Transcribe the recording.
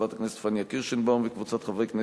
הצעתם של חברת הכנסת פניה קירשנבאום וקבוצת חברי הכנסת,